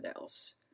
else